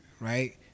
right